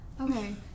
Okay